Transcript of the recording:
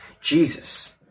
Jesus